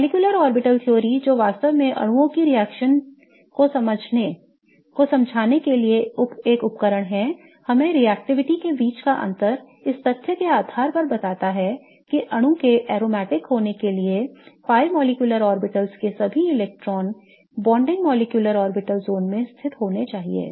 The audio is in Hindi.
तो molecular orbital theory जो वास्तव में अणुओं की रिएक्शन को समझाने के लिए एक उपकरण है हमें रिएक्शनशीलता के बीच का अंतर इस तथ्य के आधार पर बताता है कि अणु के aromatic होने के लिए pi molecular orbitals के सभी इलेक्ट्रॉनों bonding molecular orbital zone में स्थित होना चाहिए